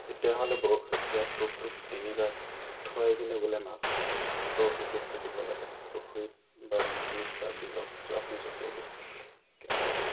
তেতিয়াহ'লে বৰশীত দিয়া টোপটোত তিনিবাৰ থুৱাই কিনে বোলে মাছ বৰশীত টোপটো দিব লাগে পুখুৰীত বা নদীত বা বিলত আপুনি য'তেই দিয়ে